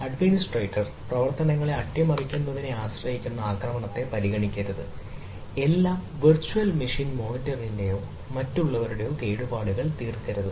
administrator മറ്റുള്ളവരുടെയോ കേടുപാടുകൾ തീർക്കരുത്